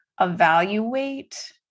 evaluate